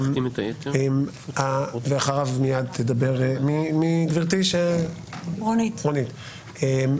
אחריו תדבר רונית הרפז.